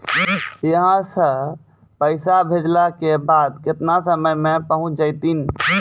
यहां सा पैसा भेजलो के बाद केतना समय मे पहुंच जैतीन?